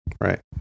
right